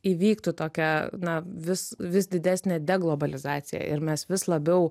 įvyktų tokia na vis vis didesnė de globalizacija ir mes vis labiau